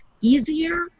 easier